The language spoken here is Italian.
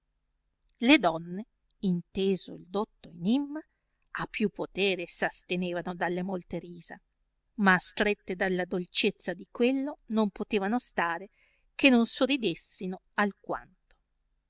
le donne inteso il dotto enimma a più potere s'astenevano dalle molte risa ma astrette dalla dolcezza di quello non potevano stare che non sorridessino alquanto